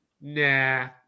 nah